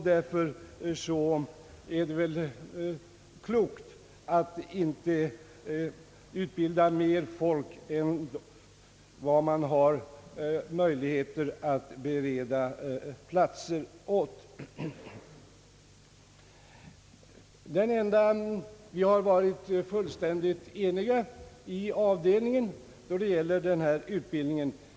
Därför är det klokt att inte utbilda mer folk än vad man har möjligheter att bereda platser åt. Vi har varit nästan fullständigt eniga i avdelningen, då det gäller den här utbildningen.